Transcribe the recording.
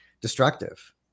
destructive